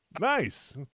Nice